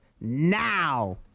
Now